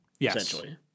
essentially